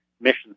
mission